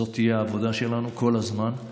זו תהיה העבודה שלנו כל הזמן.